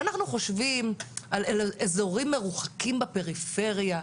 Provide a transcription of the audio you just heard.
אנחנו חושבים על אזורים מרוחקים בפריפריה,